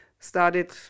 started